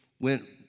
went